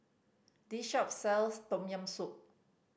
this shop sells Tom Yam Soup